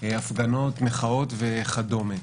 הפגנות מחאות וכדומה.